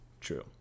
True